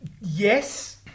Yes